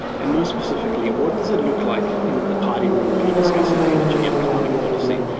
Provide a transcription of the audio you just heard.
and more specifically, what does it look like in the party room when you're discussing energy and climate policy.